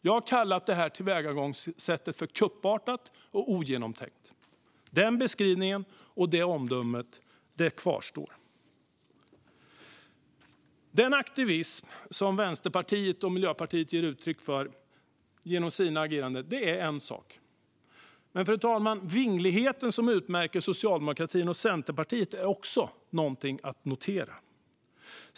Jag har kallat detta tillvägagångssätt kuppartat och ogenomtänkt. Denna beskrivning och detta omdöme kvarstår. Den aktivism som Vänsterpartiet och Miljöpartiet ger uttryck för genom sina ageranden är en sak. Men vingligheten som utmärker Socialdemokraterna och Centerpartiet är också någonting att notera.